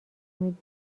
میدی